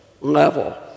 level